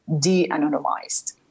de-anonymized